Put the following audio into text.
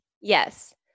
Yes